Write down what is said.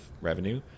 revenue